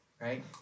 right